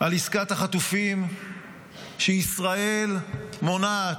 על עסקת החטופים שישראל מונעת,